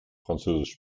französisch